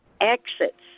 exits